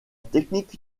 technique